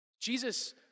Jesus